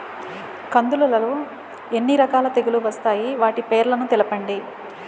కందులు లో ఎన్ని రకాల తెగులు వస్తాయి? వాటి పేర్లను తెలపండి?